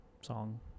song